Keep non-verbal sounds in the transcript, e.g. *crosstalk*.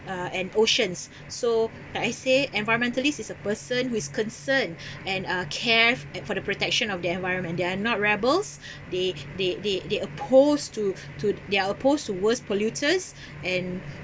uh and oceans so like I say environmentalist is a person who is concerned *breath* and uh care a~ for the protection of the environment they are not rebels *breath* they they they they oppose to *breath* to they're opposed to world's polluters and